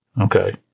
okay